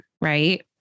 right